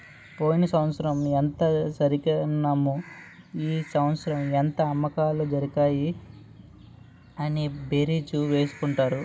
పోయిన సంవత్సరం ఎంత సరికన్నాము ఈ సంవత్సరం ఎంత అమ్మకాలు జరిగాయి అని బేరీజు వేసుకుంటారు